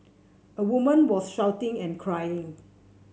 a woman was shouting and crying